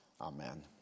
Amen